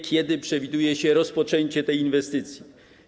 Kiedy przewiduje się rozpoczęcie tej inwestycji?